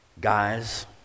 Guys